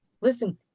listen